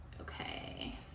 okay